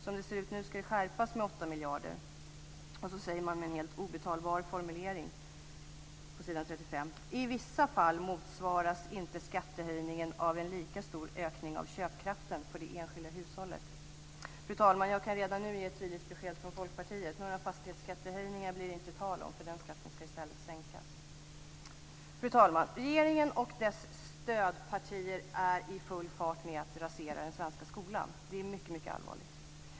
Som det ser ut nu ska den skärpas med 8 miljarder, och så säger man med en helt obetalbar formulering på s. 35: I vissa fall motsvaras inte skattehöjningen av en lika stor ökning av köpkraften för det enskilda hushållet. Fru talman! Jag kan redan nu ge ett tydligt besked från Folkpartiet: Några fastighetsskattehöjningar blir det inte tal om, för den skatten ska i stället sänkas. Fru talman! Regeringen och dess stödpartier är i full färd med att rasera den svenska skolan. Det är mycket, mycket allvarligt.